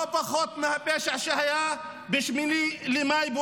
לא פחות מהפשע שהיה ב-8 במאי,